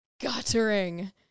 guttering